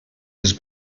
his